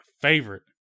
favorite